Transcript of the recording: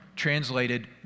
translated